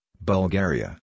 Bulgaria